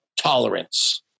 tolerance